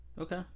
Okay